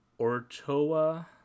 Ortoa